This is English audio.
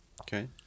Okay